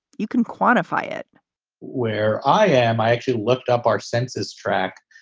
you can quantify it where i am i actually looked up our census track,